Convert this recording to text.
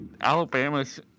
Alabama's